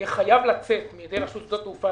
יהיה חייב לצאת מידי רשות שדות התעופה,